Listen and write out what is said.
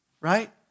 right